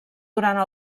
durant